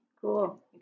Cool